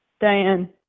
Diane